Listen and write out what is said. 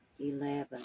eleven